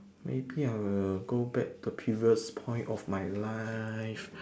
maybe I will go back to previous point of my life